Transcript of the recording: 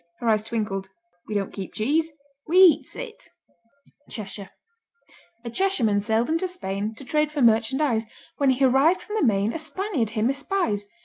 her eyes twinkled we don't keep cheese we eats it cheshire a cheshireman sailed into spain to trade for merchandise when he arrived from the main a spaniard him espies.